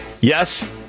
Yes